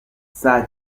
saa